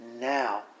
now